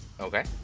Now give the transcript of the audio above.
Okay